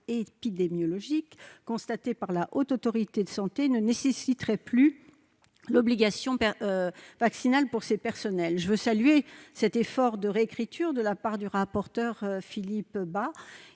épidémiologique constaté par la Haute autorité de santé ne nécessiterait plus l'obligation vaccinale pour ses personnels, je veux saluer cet effort de réécriture de la part du rapporteur Philippe Bas,